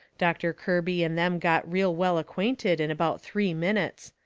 doctor kirby and them got real well acquainted in about three minutes.